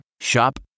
Shop